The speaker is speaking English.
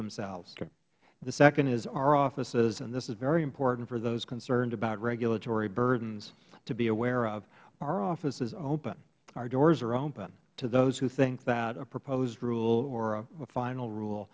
themselves the second is our office is and this is very important for those concerned about regulatory burdens to be aware of our office is open our doors are open to those who think that a proposed rule or a final rule